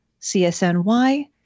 CSNY